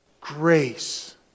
grace